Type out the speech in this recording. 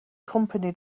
company